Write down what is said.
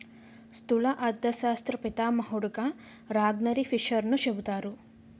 స్థూల అర్థశాస్త్ర పితామహుడుగా రగ్నార్ఫిషర్ను చెబుతారు